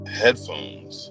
headphones